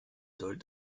soll